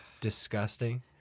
disgusting